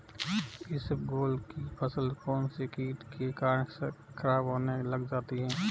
इसबगोल की फसल कौनसे कीट के कारण खराब होने लग जाती है?